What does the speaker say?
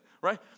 right